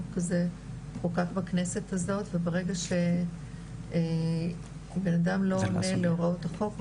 זה חוקק בכנסת הזאת וברגע שבנאדם לא פועל להוראות החוק,